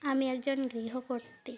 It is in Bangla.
আমি একজন গৃহকর্তী